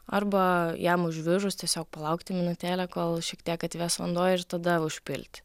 arba jam užvirus tiesiog palaukti minutėlę kol šiek tiek atvės vanduo ir tada užpilt